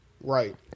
Right